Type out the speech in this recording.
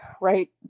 right